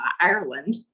Ireland